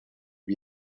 lui